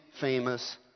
famous